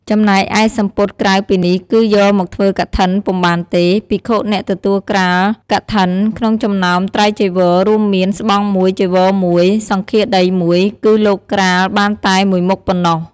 ចំណែកឯសំពត់ក្រៅពីនេះគឺយកមកធ្វើកឋិនពុំបានទេ ភិក្ខុអ្នកទទួលក្រាលកឋិនក្នុងចំណោមត្រៃចីវរ រួមមាន ស្បង់១ ចីវរ១ សង្ឃាដី១ គឺលោកក្រាលបានតែ១មុខប៉ុណ្ណោះ ។